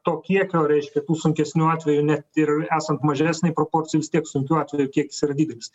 to kiekio reiškia tų sunkesnių atvejų net ir esant mažesnei proporcijai vis tiek sunkių atvejų kiekis yra didelis